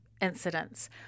incidents